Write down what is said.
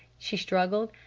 she struggled.